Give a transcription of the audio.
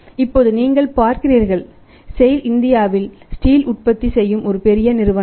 இப்போது நீங்கள் பார்க்கிறீர்கள் SAIL இந்தியாவில் ஸ்டில் உற்பத்தி செய்யும் ஒரு பெரிய நிறுவனம்